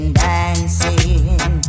dancing